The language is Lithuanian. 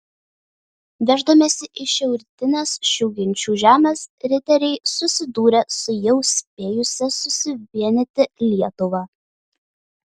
verždamiesi į šiaurrytines šių genčių žemes riteriai susidūrė su jau spėjusia susivienyti lietuva